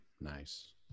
nice